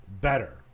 better